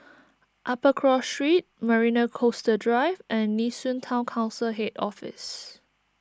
Upper Cross Street Marina Coastal Drive and Nee Soon Town Council Head Office